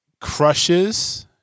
crushes